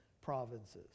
provinces